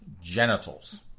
genitals